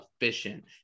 efficient